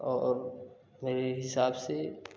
और मेरे हिसाब से